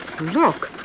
Look